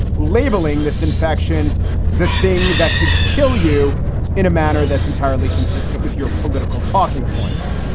labeling this infection the thing that could kill you in a manner that's entirely consistent with your political talking points.